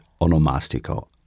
onomastico